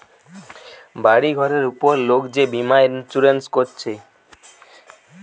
বাড়ি ঘরের উপর লোক যে বীমা ইন্সুরেন্স কোরছে